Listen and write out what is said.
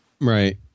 Right